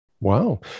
Wow